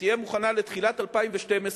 שתהיה מוכנה לתחילת 2012,